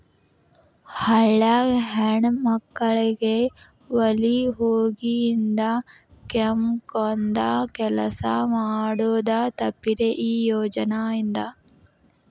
ಹಳ್ಯಾಗ ಹೆಣ್ಮಕ್ಕಳಿಗೆ ಒಲಿ ಹೊಗಿಯಿಂದ ಕೆಮ್ಮಕೊಂದ ಕೆಲಸ ಮಾಡುದ ತಪ್ಪಿದೆ ಈ ಯೋಜನಾ ಇಂದ